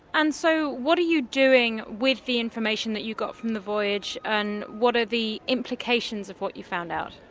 and so what are you doing with the information that you got from the voyage? and what are the implications of what you found out?